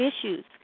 issues